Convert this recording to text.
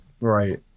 Right